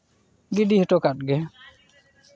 ᱜᱤᱰᱤ ᱦᱚᱴᱚ ᱠᱟᱫ ᱜᱮ